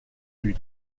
lui